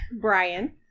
Brian